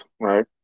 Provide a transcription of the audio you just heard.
right